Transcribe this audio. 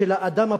של האדם הפשוט.